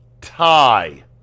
tie